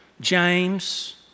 James